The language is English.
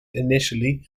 initially